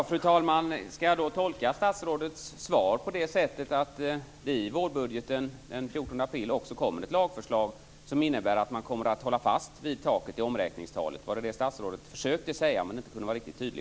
Fru talman! Skall jag tolka statsrådets svar som att det i vårbudgeten den 14 april också kommer ett lagförslag som innebär att man håller fast vid taket för omräkningstalet? Var det vad statsrådet försökte säga utan att lyckas vara tydlig?